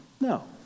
No